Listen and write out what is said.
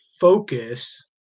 focus